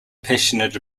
passionate